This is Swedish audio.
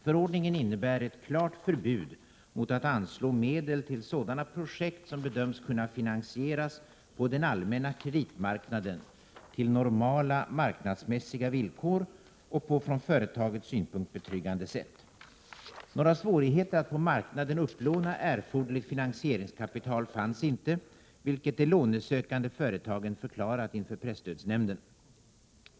Förordningen innebär ett klart förbud mot att anslå medel till sådana projekt som bedöms kunna finansieras på den allmänna kreditmarknaden till normala marknadsmässiga villkor och på från företagets synpunkt betryggande sätt. Några svårigheter att på marknaden upplåna erforderligt finansieringskapital fanns inte, vilket de lånesökande företagen förklarat inför presstödsnämnden.